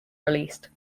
released